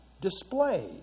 display